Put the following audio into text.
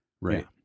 Right